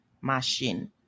machine